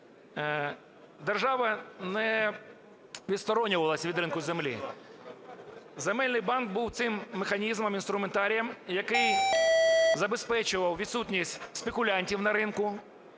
держава не відсторонювалась від ринку землі. Земельний банк був цим механізмом і інструментарієм, який забезпечував відсутність спекулянтів на ринку.